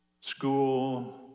school